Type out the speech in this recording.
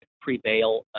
prevail